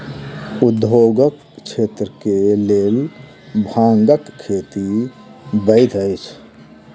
उद्योगक क्षेत्र के लेल भांगक खेती वैध अछि